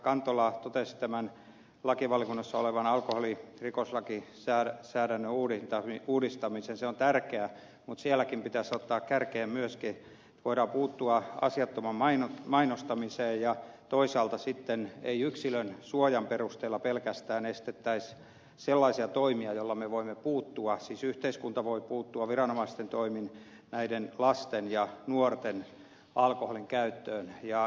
kantola totesi tämän lakivaliokunnassa olevan alkoholirikoslakisäädännön uudistamisen se on tärkeä mutta siinäkin pitäisi ottaa kärkeen se että voidaan puuttua asiattomaan mainostamiseen ja toisaalta sitten ei pelkästään yksilön suojan perusteella estettäisi sellaisia toimia joilla me voimme puuttua siis yhteiskunta voi viranomaisten toimin puuttua lasten ja nuorten alkoholinkäyttöön